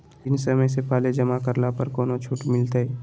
ऋण समय से पहले जमा करला पर कौनो छुट मिलतैय?